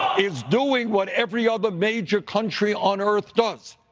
is doing what every other major country on earth does,